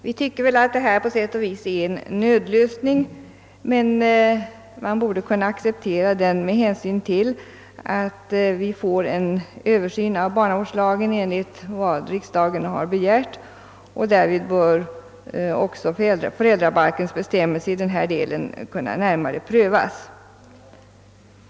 Vi tycker väl att detta på sätt och vis är en nödlösning, men den torde kunna accepteras med hänsyn till att en översyn av barnavårdslagen skall företas på begäran av riksdagen, och därvid bör också föräldrabalkens bestämmelser i denna del kunna närmare prövas.